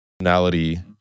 personality